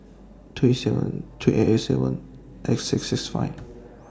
three seven three eight eight seven eight six six five